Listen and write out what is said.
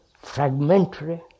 fragmentary